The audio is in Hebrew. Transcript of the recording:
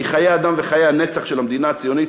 כי חיי אדם וחיי הנצח של המדינה הציונית